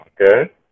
Okay